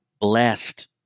blessed